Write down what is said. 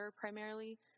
primarily